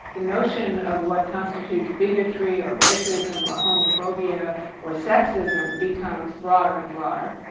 the notion of what constitutes bigotry or racism or homophobia or sexism becomes broader and broader,